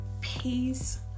peace